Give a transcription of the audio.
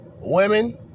women